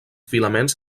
filaments